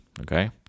Okay